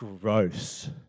Gross